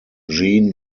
gene